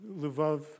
Lvov